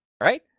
right